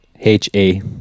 H-A